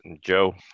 Joe